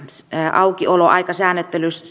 aukioloaikasäännöstelystä